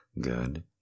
good